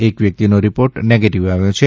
એક વ્યક્તિનો report negative આવ્યો છે